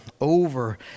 over